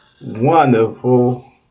wonderful